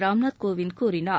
ராம்நாத் கோவிந்த் கூறினார்